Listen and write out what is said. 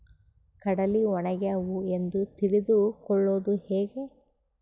ಕಡಲಿ ಒಣಗ್ಯಾವು ಎಂದು ತಿಳಿದು ಕೊಳ್ಳೋದು ಹೇಗೆ?